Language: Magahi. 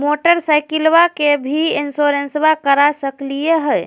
मोटरसाइकिलबा के भी इंसोरेंसबा करा सकलीय है?